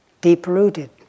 deep-rooted